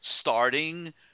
starting